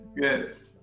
yes